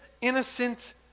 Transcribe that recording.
innocent